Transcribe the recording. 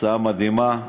ההצעה מדהימה,